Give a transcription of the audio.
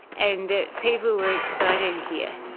and people were exciting here.